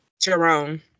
Jerome